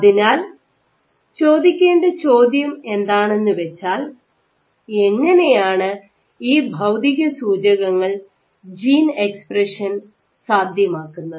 അതിനാൽ ചോദിക്കേണ്ട ചോദ്യം എന്താണെന്നുവെച്ചാൽ എങ്ങനെയാണ് ഈ ഭൌതിക സൂചകങ്ങൾ ജീൻ എക്സ്പ്രഷൻ സാധ്യമാക്കുന്നത്